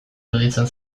iruditzen